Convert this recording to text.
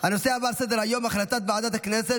הנושא הבא על סדר-היום: החלטת ועדת הכנסת